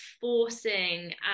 forcing